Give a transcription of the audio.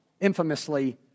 infamously